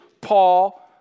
Paul